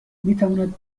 میتواند